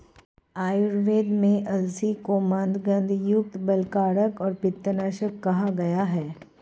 आयुर्वेद में अलसी को मन्दगंधयुक्त, बलकारक और पित्तनाशक कहा गया है